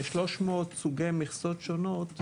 כ-300 סוגי מכסות שונות,